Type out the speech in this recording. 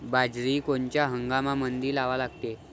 बाजरी कोनच्या हंगामामंदी लावा लागते?